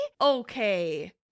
Okay